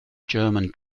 german